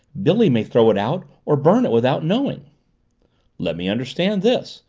billy may throw it out or burn it without knowing let me understand this,